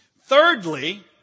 Thirdly